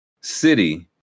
city